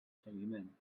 seguiment